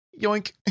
yoink